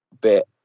bit